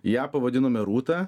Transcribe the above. ją pavadinome rūta